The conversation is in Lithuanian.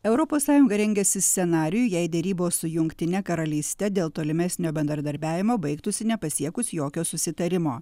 europos sąjunga rengiasi scenarijui jei derybos su jungtine karalyste dėl tolimesnio bendradarbiavimo baigtųsi nepasiekus jokio susitarimo